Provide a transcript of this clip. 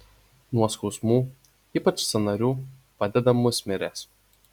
nuo skausmų ypač sąnarių padeda musmirės